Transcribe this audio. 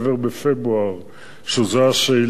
שזאת השאילתא.